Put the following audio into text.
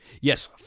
Yes